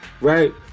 right